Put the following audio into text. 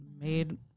made